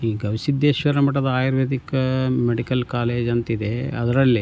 ಈ ಗವಿಸಿದ್ಧೇಶ್ವರ ಮಠದ ayurvedic medical college ಅಂತಿದೆ ಅದರಲ್ಲಿ